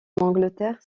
angleterre